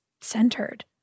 centered